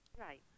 Right